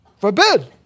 forbid